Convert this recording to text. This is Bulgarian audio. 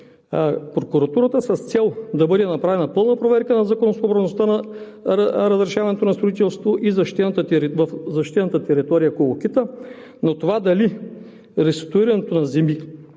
прокуратурата с цел да бъде направена пълна проверка на законосъобразността на разрешаването на строителство в защитената територия „Колокита“; на това дали реституирането на земи